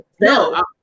No